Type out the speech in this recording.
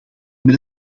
met